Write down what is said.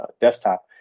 desktop